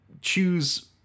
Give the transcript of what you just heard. choose